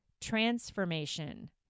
transformation